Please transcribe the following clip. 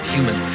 Human